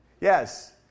yes